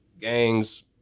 gangs